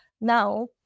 now